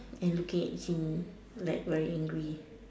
and looking at him like wearing grey